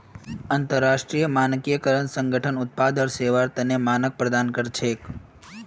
अंतरराष्ट्रीय मानकीकरण संगठन उत्पाद आर सेवार तने मानक प्रदान कर छेक